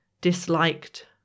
disliked